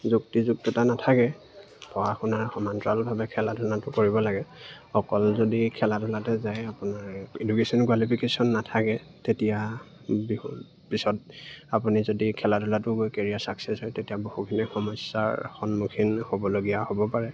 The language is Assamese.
যুক্তিযুক্ততা নাথাকে পঢ়া শুনাৰ সমান্তৰালভাৱে খেলা ধূলাটো কৰিব লাগে অকল যদি খেলা ধূলাতে যায় আপোনাৰ এডুকেশ্যন কোৱালিফিকেশ্যন নাথাকে তেতিয়া পিছত আপুনি যদি খেলা ধূলাটো গৈ কেৰিয়াৰ ছাকচেছ হয় তেতিয়া বহুখিনি সমস্যাৰ সন্মুখীন হ'বলগীয়া হ'ব পাৰে